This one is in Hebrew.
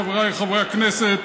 חבריי חברי הכנסת,